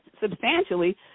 substantially